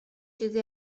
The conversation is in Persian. چیزی